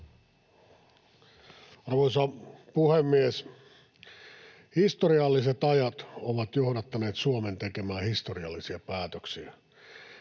Arvoisa puhemies! Historialliset ajat ovat johdattaneet Suomen tekemään historiallisia päätöksiä.